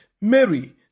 Mary